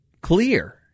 clear